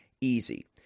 easy